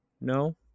No